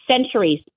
centuries